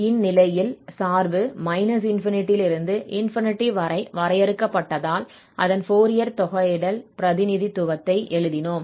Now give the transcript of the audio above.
இந்நிலையில் சார்பு −∞ இலிருந்து ∞ வரை வரையறுக்கப்பட்டதால் அதன் ஃபோரியர் தொகையிடல் பிரதிநிதித்துவத்தை எழுதினோம்